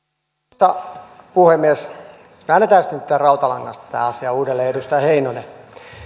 arvoisa puhemies väännetään nyt rautalangasta tämä asia uudelleen edustaja heinonen